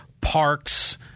parks